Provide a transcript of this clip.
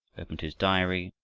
opened his diary,